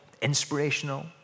inspirational